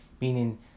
Meaning